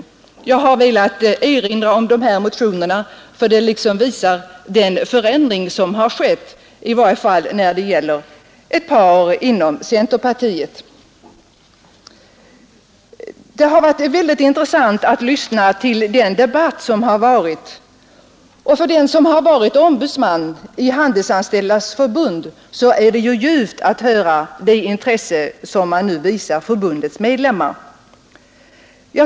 Jag har velat erinra om dessa motioner därför att de visar den förändring som har skett, i varje fall i fråga om ett par centerpartisters inställning. Det har varit mycket intressant att lyssna till den debatt som har förts här. För mig som har varit ombudsman i Handelsanställdas förbund är det ljuvt att höra vilket intresse man nu visar förbundets medlemmar.